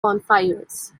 bonfires